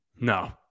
no